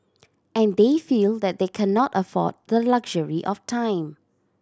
and they feel that they cannot afford the luxury of time